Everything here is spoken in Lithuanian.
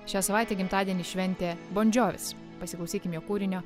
šią savaitę gimtadienį šventė bon džovis pasiklausykime kūrinio